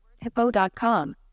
Hippo.com